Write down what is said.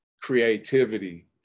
creativity